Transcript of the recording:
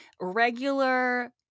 regular